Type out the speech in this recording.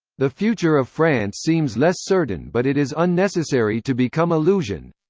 the future of france seems less certain but it is unnecessary to become illusioned.